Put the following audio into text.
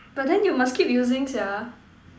but then you must keep using sia